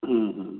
हाँ हाँ